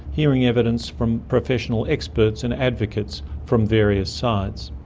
hearing evidence from professional experts and advocates from various sides.